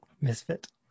misfit